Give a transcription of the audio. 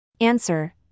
Answer